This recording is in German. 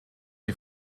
die